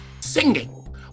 Singing